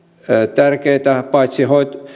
tärkeitä paitsi